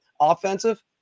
offensive